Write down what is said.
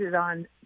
on